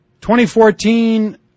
2014